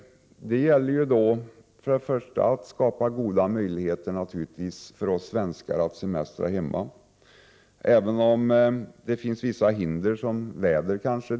Det gäller först och främst att skapa goda möjligheter för oss svenskar att semestra hemma. Det kanske finns vissa hinder för det, såsom vädret.